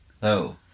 Hello